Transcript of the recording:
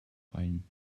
feilen